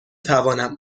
توانم